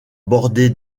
bordés